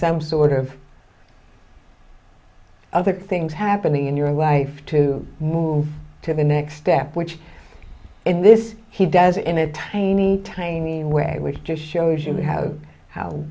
some sort of other things happening in your life to move to the next step which in this he does in a tiny tiny where we just showed you how how